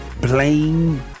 Blame